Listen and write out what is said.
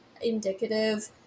indicative